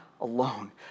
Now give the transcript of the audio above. alone